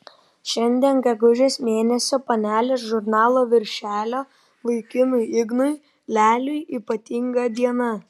šiandien gegužės mėnesio panelės žurnalo viršelio vaikinui ignui leliui ypatinga diena